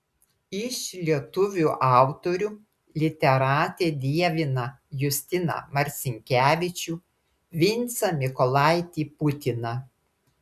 iš lietuvių autorių literatė dievina justiną marcinkevičių vincą mykolaitį putiną